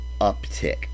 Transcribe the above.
Uptick